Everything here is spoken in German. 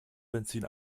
benzin